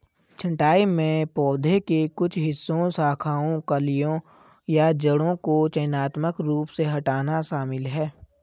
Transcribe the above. छंटाई में पौधे के कुछ हिस्सों शाखाओं कलियों या जड़ों को चयनात्मक रूप से हटाना शामिल है